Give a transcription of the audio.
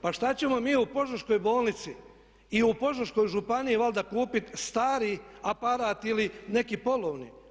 Pa što ćemo mi u Požeškoj bolnici i u Požeškoj županiji valjda kupiti stari aparat ili neki polovni?